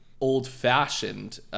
old-fashioned